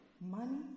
money